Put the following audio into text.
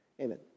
Amen